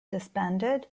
disbanded